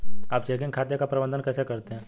आप चेकिंग खाते का प्रबंधन कैसे करते हैं?